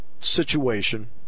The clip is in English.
situation